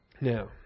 Now